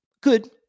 Good